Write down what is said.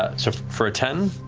ah so for a ten,